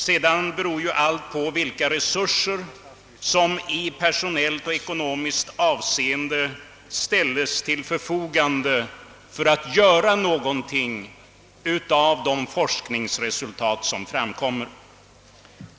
Sedan beror ju allt på vilka resurser i personellt och ekonomiskt avseende som kan ställas till förfogande för att åstadkomma någonting på grundval av de framkomna forskningsresultaten.